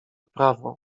prawo